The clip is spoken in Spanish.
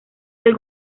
del